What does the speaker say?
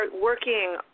working